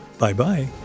Bye-bye